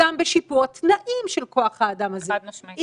וגם בשיפור התנאים של כוח האדם הזה אם בקיצור